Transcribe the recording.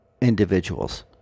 individuals